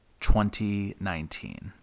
2019